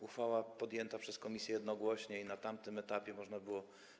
Uchwała została podjęta przez komisję jednogłośnie i na tamtym etapie można było.